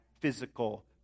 physical